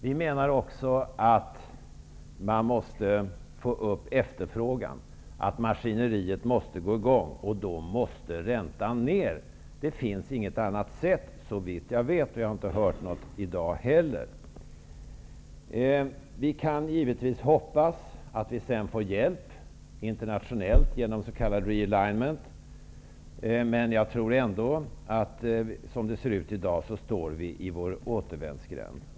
Vi menar också att efterfrågan måste ökas, att maskineriet måste gå i gång. Då måste räntan ned -- det finns inget annat sätt, såvitt jag vet. Jag har inte hört något i dag heller. Vi kan givetvis hoppas att vi sedan får hjälp internationellt genom s.k. realignment, men som det ser ut i dag tror jag att vi står i en återvändsgränd.